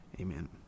amen